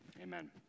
Amen